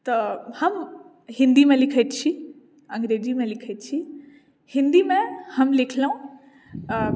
तऽ हम हिन्दीमे लिखैत छी अँग्रेजीमे लिखैत छी हिन्दीमे हम लिखलहुँ